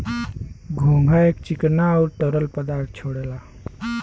घोंघा एक चिकना आउर तरल पदार्थ छोड़ेला